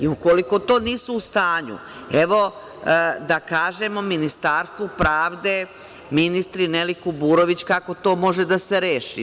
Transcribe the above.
Ukoliko to nisu u stanju, evo da kažemo Ministarstvu pravde, ministarki Neli Kuburović, kako to može da se reši?